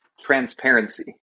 Transparency